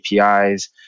APIs